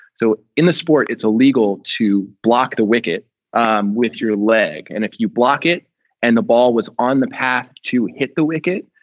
so in the sport, it's illegal to block the wicket um with your leg. and if you block it and the ball was on the path to hit the wicket,